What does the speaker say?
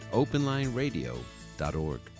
openlineradio.org